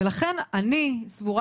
ולכן אני סבורה